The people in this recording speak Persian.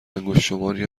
انگشتشماری